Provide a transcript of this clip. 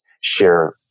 share